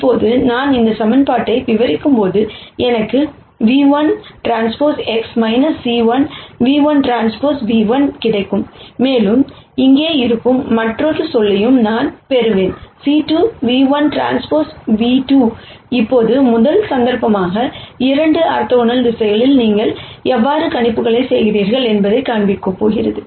இப்போது நான் இந்த சமன்பாட்டை விரிவாக்கும்போது எனக்கு v1TX c 1 ν₁Tν₁ கிடைக்கும் மேலும் இங்கே இருக்கும் மற்றொரு சொல்லையும் நான் பெறுவேன் c2 ν₁Tv2 இப்போது முதல் சந்தர்ப்பமாக 2 ஆர்த்தோகனல் திசைகளில் நீங்கள் எவ்வாறு கணிப்புகளைச் செய்கிறீர்கள் என்பதைக் காண்பிக்கப் போகிறேன்